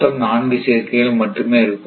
மொத்தம் நான்கு சேர்க்கைகள் மட்டுமே இருக்கும்